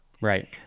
Right